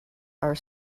are